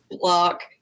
block